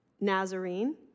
Nazarene